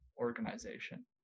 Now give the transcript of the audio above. organization